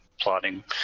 plotting